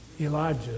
Elijah